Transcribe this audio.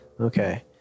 Okay